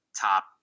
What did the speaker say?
top